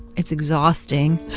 it's exhausting,